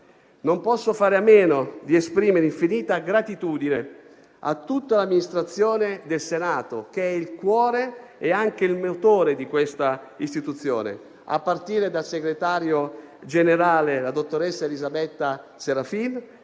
Non posso fare a meno di esprimere infinita gratitudine a tutta l'amministrazione del Senato che è il cuore e anche il motore di questa istituzione, a partire dal segretario generale, la dottoressa Elisabetta Serafin,